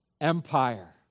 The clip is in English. Empire